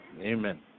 Amen